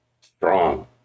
strong